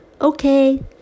Okay